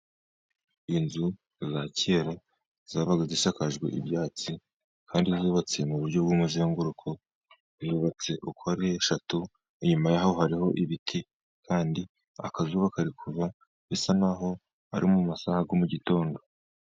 Inzu za kera zabaga zisakajwe ibyatsi, kandi zubatse mu buryo bw'umuzenguruko, zubatse uko ari eshatu, inyuma yaho hariho ibiti, kandi akazuba kari kuva, bisa naho ari mu masaha ya mu gitondo.